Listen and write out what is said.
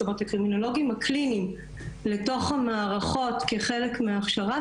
זאת אומרת הקרימינולוגים הקליניים לתוך המערכות כחלק מההכשרה,